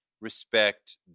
respect